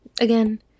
Again